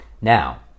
now